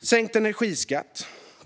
vi sänkt energiskatt.